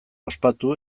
ospatu